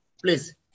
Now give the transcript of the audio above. Please